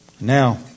Now